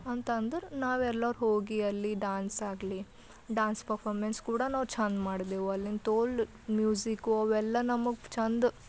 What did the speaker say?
ಅಂತ ಅಂದ್ರೆ ನಾವೆಲ್ಲರೂ ಹೋಗಿ ಅಲ್ಲಿ ಡ್ಯಾನ್ಸ್ ಆಗಲಿ ಡ್ಯಾನ್ಸ್ ಪಫಾಮೆನ್ಸ್ ಕೂಡ ನಾವು ಚೆಂದ ಮಾಡ್ದೆವು ಅಲ್ಲಿಯ ತೋಲ ಮ್ಯೂಸಿಕು ಅವೆಲ್ಲ ನಮಗೆ ಚೆಂದ